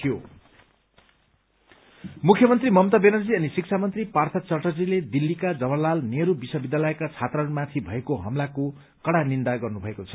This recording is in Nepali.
जेएनयू मुख्यमन्त्री ममता व्यानर्जी अनि शिक्षा मन्त्री पार्थ च्याटर्जीले दिल्लीका जवाहरलाल नेहरू विश्वविद्यालयका छात्राहरूमाथि भएको हमलाको कड़ा निन्दा गर्नुभएको छ